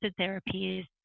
therapies